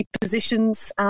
positions